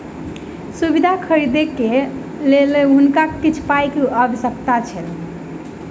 सुविधा खरीदैक लेल हुनका किछ पाई के आवश्यकता छल